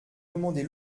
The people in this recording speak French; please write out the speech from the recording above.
demander